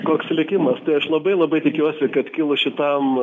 koks likimas tai aš labai labai tikiuosi kad kilus šitam